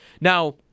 Now